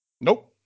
Nope